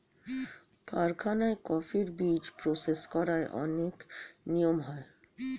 কারখানায় কফির বীজ প্রসেস করার অনেক নিয়ম হয়